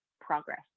progress